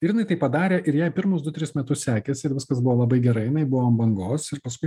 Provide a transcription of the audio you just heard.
ir jinai taip padarė ir jai pirmus du tris metus sekėsi ir viskas buvo labai gerai jinai buvo ant bangos ir paskui